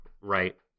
right